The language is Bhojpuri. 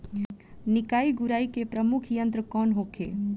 निकाई गुराई के प्रमुख यंत्र कौन होखे?